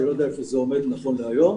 אני לא יודע היכן זה עומד נכון להיום.